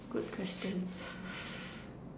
good question